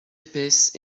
épaisse